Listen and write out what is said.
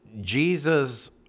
Jesus